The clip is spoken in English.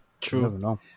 True